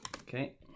Okay